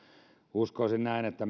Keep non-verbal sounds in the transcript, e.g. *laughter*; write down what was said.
uskoisin näin että *unintelligible*